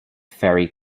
ferry